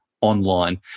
online